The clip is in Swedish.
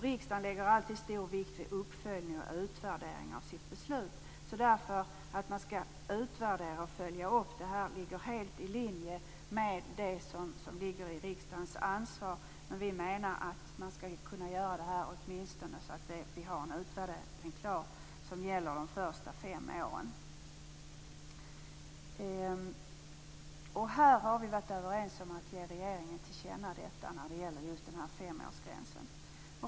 Riksdagen lägger alltid stor vikt vid uppföljning och utvärdering av sina beslut. En uppföljning och utvärdering av detta ligger alltså helt i linje med riksdagens ansvar. Vi menar att utvärderingen skall kunna avse åtminstone de första fem åren. Vi har varit överens om att ge regeringen till känna det som utskottet skriver om denna femårsgräns.